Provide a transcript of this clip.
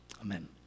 Amen